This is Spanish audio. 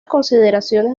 consideraciones